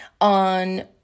on